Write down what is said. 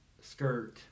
skirt